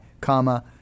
comma